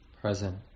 present